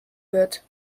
wird